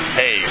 hey